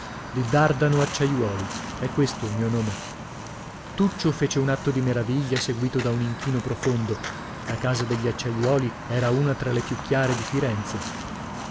di dardano acciaiuoli è questo il mio nome tuccio fece un atto di meraviglia seguito da un inchino profondo la casa degli acciaiuoli era una tra le più chiare di firenze